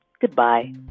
Goodbye